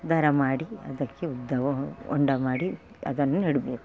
ದರ ಮಾಡಿ ಅದಕ್ಕೆ ಉದ್ದ ಹೊಂಡ ಮಾಡಿ ಅದನ್ನು ನೆಡಬೇಕು